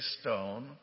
stone